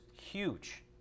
huge